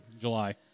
July